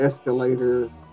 escalator